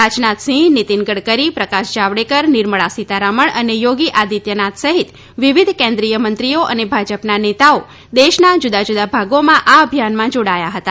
રાજનાથ સિંહ નીતિન ગડકરી પ્રકાશ જાવડેકર નિર્મલા સિતારમણ અને યોગી આદિત્યનાથ સહિત વિવિધ કેન્દ્રીય મંત્રીઓ અને ભાજપના નેતાઓ દેશના જુદા જુદા ભાગોમાં આ અભિયાનમાં જોડાયા હતા